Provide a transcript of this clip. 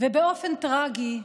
באופן טרגי,